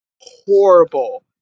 horrible